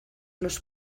los